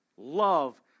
Love